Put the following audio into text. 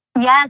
Yes